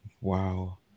wow